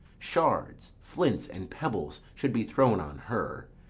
shards, flints, and pebbles should be thrown on her,